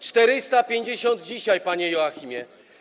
450 - dzisiaj, panie Joachimie.